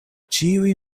ĉiuj